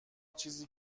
چیزی